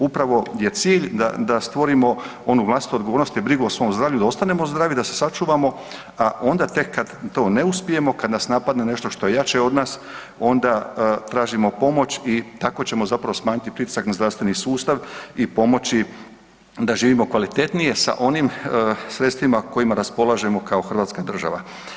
Upravo je cilj da stvorimo onu vlastitu odgovornost te brigu o svom zdravlju i da ostanemo zdravi, da se sačuvamo a onda tek kad to ne uspijemo, kad nas napadne nešto što je jače od nas, onda tražimo pomoć i tako ćemo zapravo smanjiti pritisak na zdravstveni sustav i pomoći da živimo kvalitetnije sa onim sredstvima kojima raspolažemo kao hrvatska država.